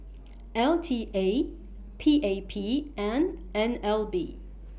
L T A P A P and N L B